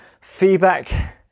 feedback